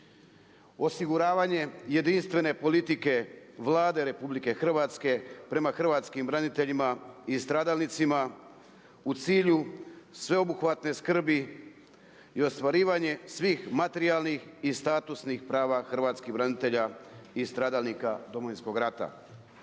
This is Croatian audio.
osiguravanje jedinstvene politike Vlade RH prema hrvatskim braniteljima i stradalnicima u cilju sveobuhvatne skrbi i ostvarivanje svih materijalnih i statusnih prava hrvatskih branitelja i stradalnika Domovinskog rata.